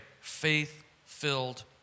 faith-filled